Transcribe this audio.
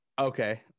okay